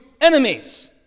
Enemies